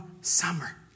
summer